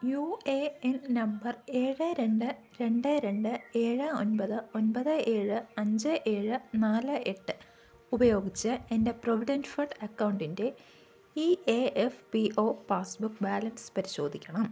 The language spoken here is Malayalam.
യു എ എൻ നമ്പർ ഏഴ് രണ്ട് രണ്ട് രണ്ട് ഏഴ് ഒൻപത് ഒൻപത് ഏഴ് അഞ്ച് ഏഴ് നാല് എട്ട് ഉപയോഗിച്ച് എൻ്റെ പ്രൊവിഡൻ്റ് ഫണ്ട് അക്കൗണ്ടിൻ്റെ E F P O passbook balance പരിശോധിക്കണം